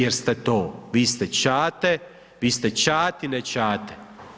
Jer ste to, vi ste čate, vi ste čatine čate.